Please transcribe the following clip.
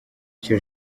icyo